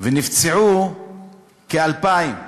ונפצעו כ-2,000.